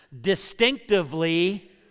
distinctively